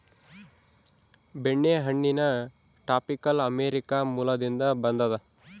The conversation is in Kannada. ಬೆಣ್ಣೆಹಣ್ಣಿನ ಟಾಪಿಕಲ್ ಅಮೇರಿಕ ಮೂಲದಿಂದ ಬಂದದ